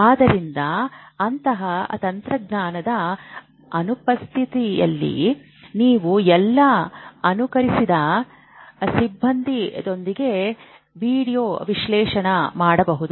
ಆದ್ದರಿಂದ ಅಂತಹ ತಂತ್ರಜ್ಞಾನದ ಅನುಪಸ್ಥಿತಿಯಲ್ಲಿ ನೀವು ಎಲ್ಲಾ ಅನುಕರಿಸಿದ ಸಿಬ್ಬಂದಿಗಳೊಂದಿಗೆ ವೀಡಿಯೊ ವಿಶ್ಲೇಷಣೆ ಮಾಡಬಹುದು